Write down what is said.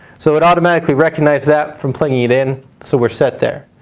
so it automatically recognized that from plugging it in, so we're set there.